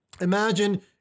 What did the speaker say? imagine